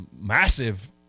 massive